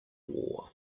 war